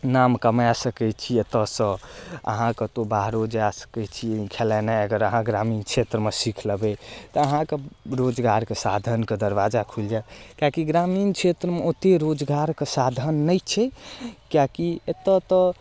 नाम कमा सकै छी एतऽसँ अहाँ कत्तौ बाहरो जा सकै छी खेलेनाइ अगर अहाँ ग्रामीण क्षेत्रमे सीख लेबै तऽ अहाँके रोजगारके साधनके दरवाजा खुलि जायत किएक कि ग्रामीण क्षेत्रमे ओत्ते रोजगारके साधन नहि छै किएक कि एत्तऽ तऽ